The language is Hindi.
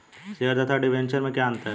शेयर तथा डिबेंचर में क्या अंतर है?